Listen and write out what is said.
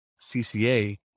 CCA